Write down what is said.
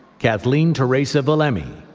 kathleen teresa villemi,